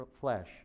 flesh